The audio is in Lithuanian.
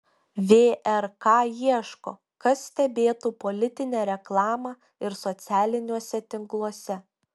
vrk ieško kas stebėtų politinę reklamą ir socialiniuose tinkluose